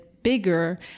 Bigger